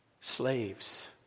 slaves